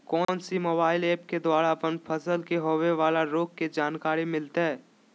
कौन सी mobile app के द्वारा अपन फसल के होबे बाला रोग के जानकारी मिलताय?